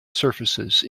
surfaces